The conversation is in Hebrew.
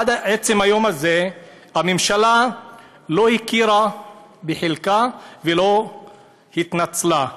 עד עצם היום הזה הממשלה לא הכירה בחלקה ולא התנצלה,